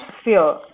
sphere